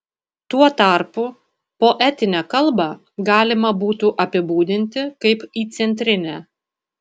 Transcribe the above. tuo tarpu poetinę kalbą galima būtų apibūdinti kaip įcentrinę